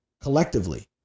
collectively